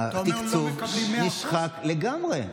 התקצוב נשחק לגמרי.